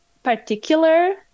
particular